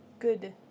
good